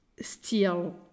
steel